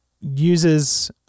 uses